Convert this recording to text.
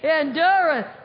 endureth